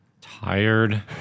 Tired